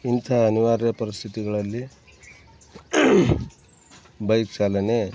ಇಂತಹ ಅನಿವಾರ್ಯ ಪರಿಸ್ಥಿತಿಗಳಲ್ಲಿ ಬೈಕ್ ಚಾಲನೆ